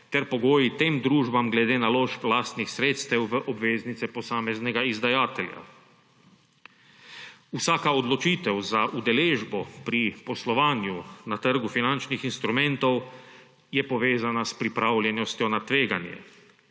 ter pogoji tem družbam glede naložb lastnih sredstev v obveznice posameznega izdajatelja. Vsaka odločitev za udeležbo pri poslovanju na trgu finančnih instrumentov je povezana s pripravljenostjo na tveganje.